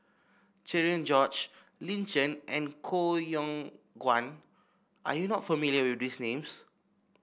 Cherian George Lin Chen and Koh Yong Guan are you not familiar with these names